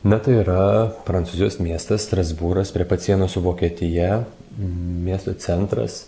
na tai yra prancūzijos miestas strasbūras prie pat sienos su vokietija miesto centras